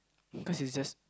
cause it's just